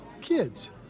kids